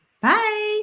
bye